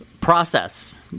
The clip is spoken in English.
process